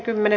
asia